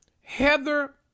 Heather